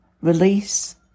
release